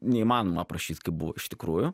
neįmanoma aprašyt kaip buvo iš tikrųjų